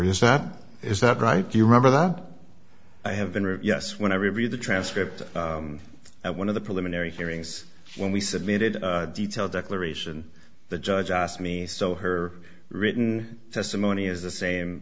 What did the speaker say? is that is that right do you remember that i have been review s when i reviewed the transcript at one of the preliminary hearings when we submitted details declaration the judge asked me so her written testimony is the same